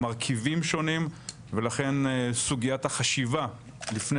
המרכיבים שונים ולכן סוגיית החשיבה לפני